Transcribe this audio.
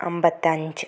അമ്പത്തഞ്ച്